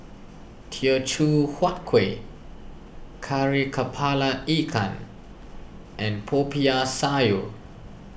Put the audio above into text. Teochew Huat Kuih Kari Kepala Ikan and Popiah Sayur